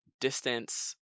distance